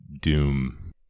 doom